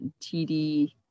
TD